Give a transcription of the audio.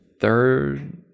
third